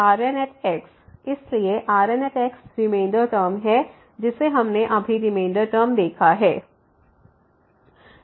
Rn इसलिए Rn remainder term है जिसे हमने अभी रिमेंडर टर्म देखा है Rnxx x0n1n1